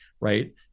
right